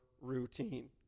routine